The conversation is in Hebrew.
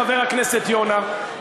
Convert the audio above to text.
חבר הכנסת יונה,